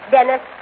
Dennis